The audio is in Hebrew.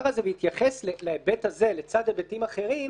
הזה והתייחס להיבט הזה לצד היבטים אחרים